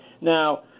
Now